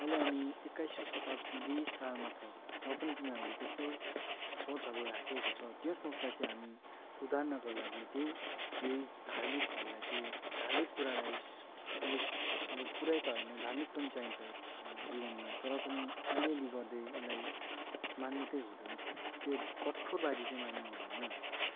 अहिले हामी एक्काइसौँ शताब्दी सालमा छ र पनि तिनीहरूले त्यस्तै सोचहरू राखिएको छ त्यो सोँचलाई चाहिँ हामी सुधार्नका लागि चाहिँ यही धार्मिकहरूलाई चाहिँ धार्मिक कुरालाई अलिक अब पुरै त होइन धार्मिक पनि चाहिन्छ जीवनमा तर पनि अलिअलि गर्दै यसलाई मान्नु चाहिँ हुँदैन त्यो कठोरवादी चाहिँ मान्नु हुँदैन